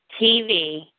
TV